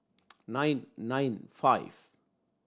nine nine five